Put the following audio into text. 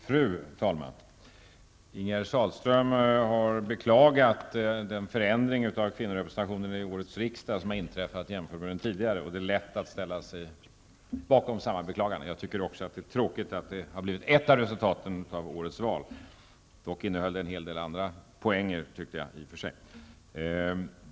Fru talman! Ingegerd Sahlström beklagade den förändring av kvinnorepresentationen i årets riksdagsval som har inträffat jämfört med den tidigare. Det är lätt att ställa sig bakom detta beklagande. Jag tycker också att det är tråkigt att det har blivit ett av resultaten av årets val. Dock innehöll det en hel del andra poäng i och för sig.